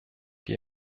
die